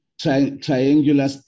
triangular